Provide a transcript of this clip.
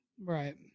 right